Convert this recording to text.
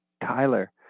Tyler